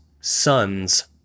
sons